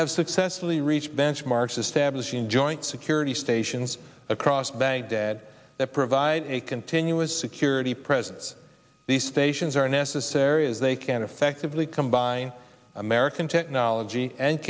have successfully reached benchmarks established in joint security stations across baghdad that provide a continuous security presence these stations are necessary as they can effectively combine american technology and